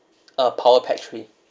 uh power pack three